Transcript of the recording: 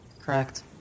Correct